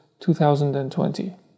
2020